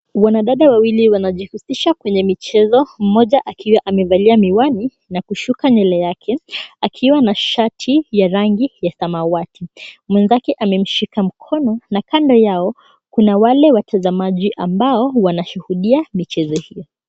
Wanadada wawili wanajihusisha kwenye michezo, mmoja akiwa amevalia miwani na kushuka nywele yake akiwa na shati ya rangi ya samawati. Mwenzake amemshika mkono na kando yao kuna wale watazamaji ambao wanashuhudia michezo hio.